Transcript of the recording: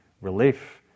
relief